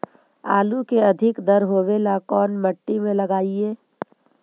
आलू के अधिक दर होवे ला कोन मट्टी में लगीईऐ?